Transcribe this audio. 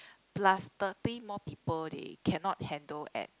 plus thirty more people they cannot handle at